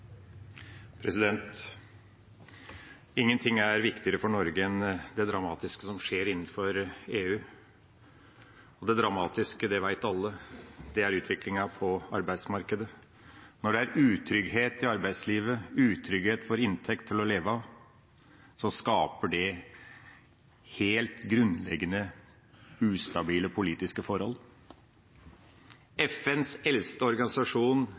Ingenting er viktigere for Norge enn det dramatiske som skjer innenfor EU. Og det dramatiske – det vet alle – er utviklinga på arbeidsmarkedet. Når det er utrygghet i arbeidslivet, utrygghet for inntekt til å leve av, skaper det helt grunnleggende ustabile politiske forhold. FNs